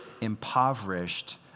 impoverished